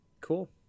cool